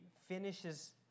finishes